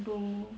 mm